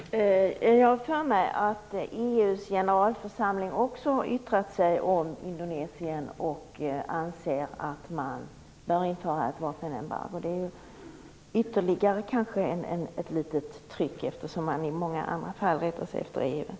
Herr talman! Jag har för mig att EU:s generalförsamling också har yttrat sig om Indonesien och anser att man bör införa ett vapenembargo. Det är kanske ytterligare ett litet tryck, eftersom man rättar sig efter EU i många andra fall.